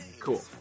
Cool